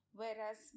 whereas